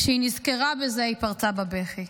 כשהיא נזכרה בזה, היא פרצה בבכי.